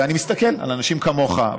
ואני מסתכל על אנשים כמוך,